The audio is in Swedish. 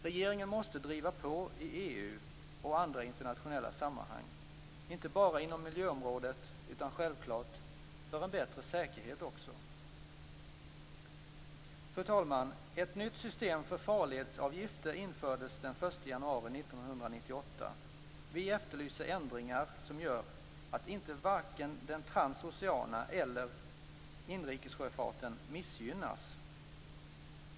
Regeringen måste driva på i EU och andra internationella sammanhang, inte bara inom miljöområdet utan självklart också för en bättre säkerhet. Fru talman! Ett nytt system för farledsavgifter infördes den 1 januari 1998. Vi efterlyser ändringar som gör att inte vare sig den transoceana sjöfarten eller inrikessjöfarten missgynnas.